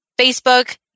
Facebook